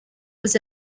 was